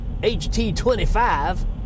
HT25